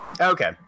Okay